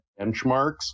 benchmarks